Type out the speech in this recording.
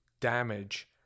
damage